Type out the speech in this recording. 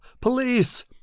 police